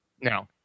No